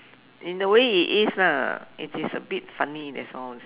in the way it is lah it is a bit funny that's all